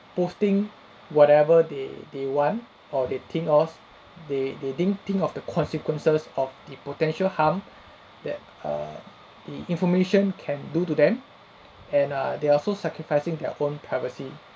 posting whatever they they want or they think of they they didn't think of the consequences of the potential harm that err the information can do to them and err they also sacrificing their own privacy